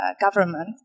government